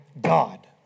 God